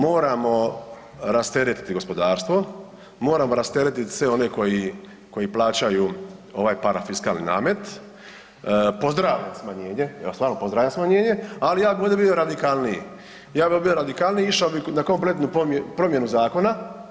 Moramo rasteretiti gospodarstvo, moramo rasteretiti sve one koji plaćaju ovaj parafiskalni namet, pozdravljam smanjenje, stvarno pozdravljam smanjenje, ali ja bih ovdje bio radikalniji, ja bih ovdje bio radikalniji i išao bih na kompletnu promjenu zakona.